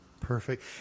Perfect